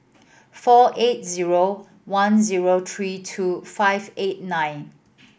four eight zero one zero three two five eight nine